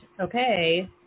Okay